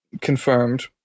confirmed